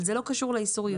אבל זה לא קשור לאיסור היבוא.